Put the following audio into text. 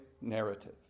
narrative